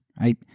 right